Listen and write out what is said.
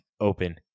open